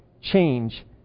change